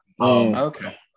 okay